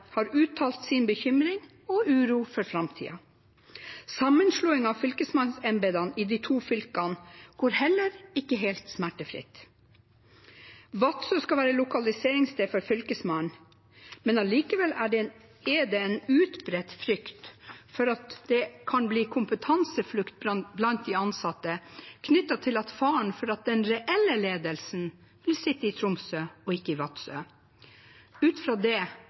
har uttalt sin bekymring og uro for framtiden. Sammenslåingen av fylkesmannsembetene i de to fylkene går heller ikke helt smertefritt. Vadsø skal være lokaliseringssted for Fylkesmannen, men allikevel er det en utbredt frykt for kompetanseflukt blant de ansatte knyttet til faren for at den reelle ledelsen vil sitte i Tromsø og ikke i Vadsø, ut fra det